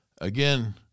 Again